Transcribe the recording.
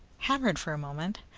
hammered for a moment,